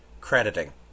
crediting